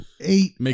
eight